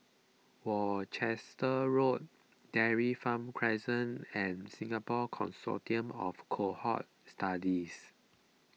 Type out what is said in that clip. Worcester Road Dairy Farm Crescent and Singapore Consortium of Cohort Studies